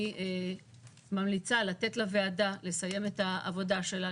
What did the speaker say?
אני ממליצה לתת לוועדה לסיים את העבודה שלה,